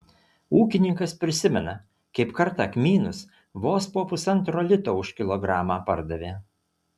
ūkininkas prisimena kaip kartą kmynus vos po pusantro lito už kilogramą pardavė